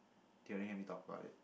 they only let talk about it